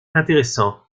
intéressants